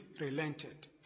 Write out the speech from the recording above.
relented